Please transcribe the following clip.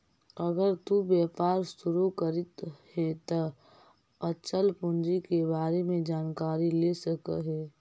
अगर तु व्यापार शुरू करित हे त अचल पूंजी के बारे में जानकारी ले सकऽ हे